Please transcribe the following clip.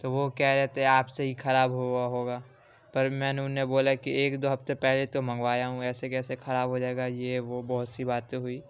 تو وہ کہہ رہے تھے آپ سے ہی کھراب ہوا ہوگا پر میں نے انہیں بولا کہ ایک دو ہفتے پہلے تو منگوایا ہوں ایسے کیسے کھراب ہو جائے گا یہ وہ بہت سی باتیں ہوئیں